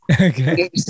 Okay